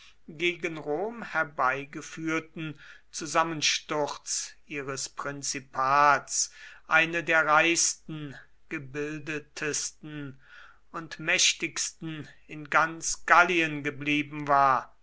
gegen rom herbeigeführten zusammensturz ihres prinzipats eine der reichsten gebildetsten und mächtigsten in ganz gallien geblieben war